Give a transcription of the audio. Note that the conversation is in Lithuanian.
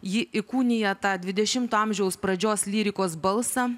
ji įkūnija tą dvidešimto amžiaus pradžios lyrikos balsą